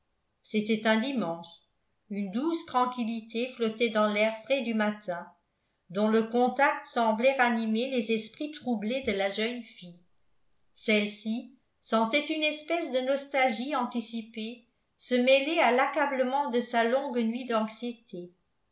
c'était un dimanche une douce tranquillité flottait dans l'air frais du matin dont le contact semblait ranimer les esprits troublés de la jeune fille celle-ci sentait une espèce de nostalgie anticipée se mêler à l'accablement de sa longue nuit d'anxiété